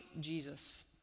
Jesus